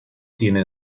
tiene